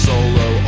Solo